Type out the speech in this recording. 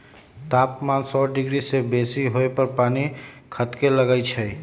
तापमान सौ डिग्री से बेशी होय पर पानी खदके लगइ छै